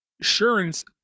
insurance